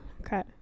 Okay